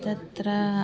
तत्र